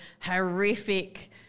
horrific